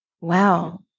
Wow